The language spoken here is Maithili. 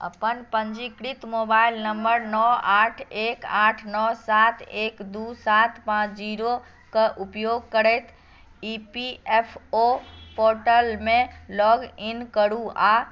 अपन पंजीकृत मोबाइल नम्बर नओ आठ एक आठ नओ सात एक दू सात पाँच जीरोक उपयोग करैत ई पी एफ ओ पोर्टलमे लॉग इन करु आ